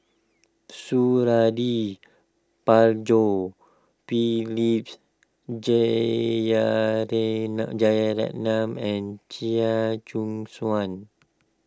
Suradi Parjo P lips Jeyaretnam Jeyaretnam and Chia Choo Suan